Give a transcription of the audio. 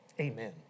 Amen